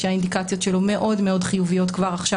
שהאינדיקציות שלו מאוד מאוד חיוביות כבר עכשיו,